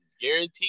guaranteed